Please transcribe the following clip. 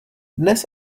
dnes